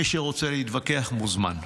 מי שרוצה להתווכח, מוזמן.